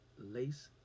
lace